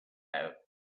out